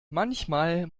manchmal